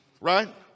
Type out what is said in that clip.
right